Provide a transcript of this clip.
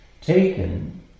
taken